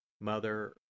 Mother